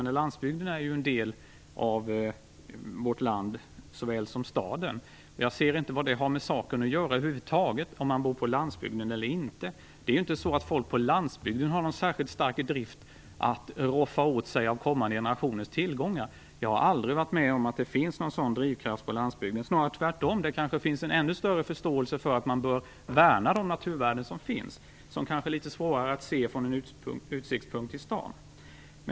Landsbygden är ju en del av vårt land såväl som staden. Jag ser inte vad det har med saken att göra över huvud taget om man bor på landsbygden eller inte. Det är inte så att folk på landsbygden har någon särskilt stark drift att roffa åt sig av kommande generationers tillgångar. Jag har aldrig varit med om att det skulle finnas en sådan drivkraft på landsbygden. Snarare är det tvärtom. Där kanske finns en större förståelse för att man bör värna de naturvärden som finns och som kan vara litet svårare att se med utgångspunkt i staden.